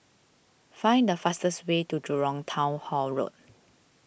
find the fastest way to Jurong Town Hall Road